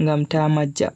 ngam tamajya